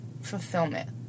fulfillment